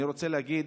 אני רוצה להגיד